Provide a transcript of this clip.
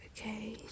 okay